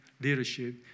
leadership